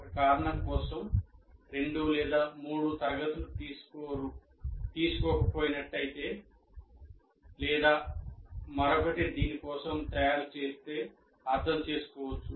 ఒక కారణం కోసం 2 3 తరగతులు తీసుకోకు పోయినట్లయితే లేదా మరొకటి దాని కోసం తయారు చేస్తే అర్థం చేసు కోవచ్చు